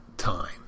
time